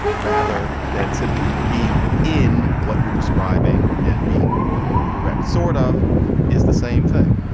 rather than simply being in what you're describing and being more direct sort of is the same thing.